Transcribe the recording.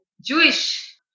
Jewish